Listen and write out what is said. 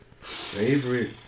Favorite